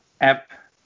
app